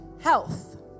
Health